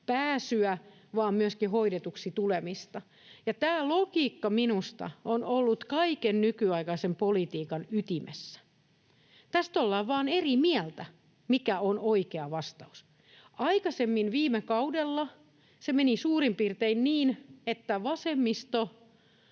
hoitoonpääsyä vaan myöskin hoidetuksi tulemista, ja tämä logiikka minusta on ollut kaiken nykyaikaisen politiikan ytimessä. Tästä vaan ollaan eri mieltä, mikä on oikea vastaus. Aikaisemmin viime kaudella se meni suurin piirtein niin, että vasemmisto